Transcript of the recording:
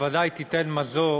בוודאי תיתן מזור